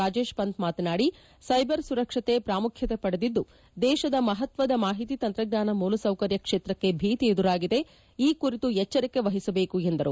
ರಾಜೇಶ್ ಪಂತ್ ಮಾತನಾಡಿ ಸೈಬರ್ ಸುರಕ್ಷತೆ ಪಾಮುಖ್ಕತೆ ಪಡೆದಿದ್ದು ದೇಶದ ಮಹತ್ವದ ಮಾಹಿತಿ ತಂತ್ರಜ್ಞಾನ ಮೂಲಸೌಕರ್ಯ ಕ್ಷೇತ್ರಕ್ಷೆ ಭೀತಿ ಎದುರಾಗಿದೆ ಈ ಕುರಿತು ಎಚ್ವರಿಕೆ ವಹಿಸಬೇಕು ಎಂದರು